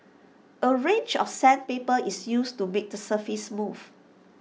A range of sandpaper is used to make the surface smooth